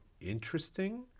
interesting